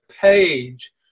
page